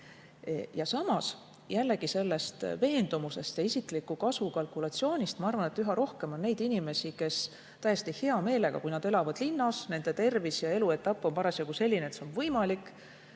Samas, jällegi veendumusest ja isikliku kasu kalkulatsioonist lähtudes ma arvan, et üha rohkem on neid inimesi, kes täiesti hea meelega, kui nad elavad linnas, nende tervis ja eluetapp on parasjagu selline, et see on võimalik,